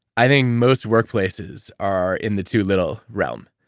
i think most workplaces are in the too little realm.